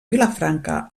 vilafranca